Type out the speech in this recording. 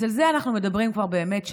אז על זה אנחנו מדברים כבר שנה.